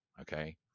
okay